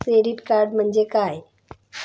Credit card म्हणजे काय?